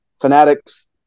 fanatics